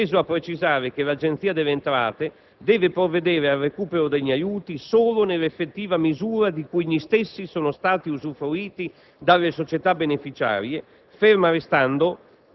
teso a precisare che l'Agenzia delle entrate deve provvedere al recupero degli aiuti solo nell'effettiva misura di cui gli stessi sono stati usufruiti dalle società beneficiarie, ferma restando